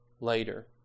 later